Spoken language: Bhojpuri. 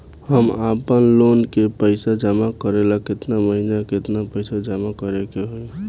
हम आपनलोन के पइसा जमा करेला केतना महीना केतना पइसा जमा करे के होई?